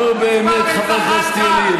נו, באמת, חבר הכנסת ילין.